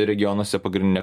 regionuose pagrindinė